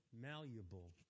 malleable